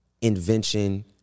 invention